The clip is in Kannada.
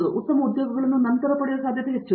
ನಂತರ ಉತ್ತಮ ಉದ್ಯೋಗಗಳನ್ನು ಪಡೆಯುವ ಸಾಧ್ಯತೆ ಹೆಚ್ಚು